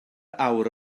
awr